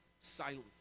silent